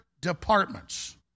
departments